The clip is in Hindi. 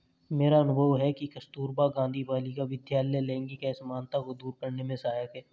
मेरा अनुभव है कि कस्तूरबा गांधी बालिका विद्यालय लैंगिक असमानता को दूर करने में सहायक है